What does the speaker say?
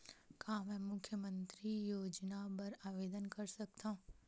का मैं मुख्यमंतरी योजना बर आवेदन कर सकथव?